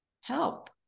help